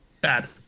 bad